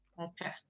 okay